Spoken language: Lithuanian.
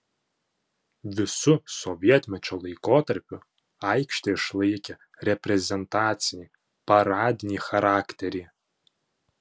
visu sovietmečio laikotarpiu aikštė išlaikė reprezentacinį paradinį charakterį